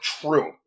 true